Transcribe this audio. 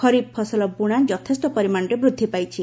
ଖରିଫ୍ ଫସଲ ବୁଣା ଯଥେଷ୍ଟ ପରିମାଶରେ ବୃଦ୍ଧି ପାଇଛି